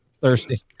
thirsty